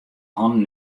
hannen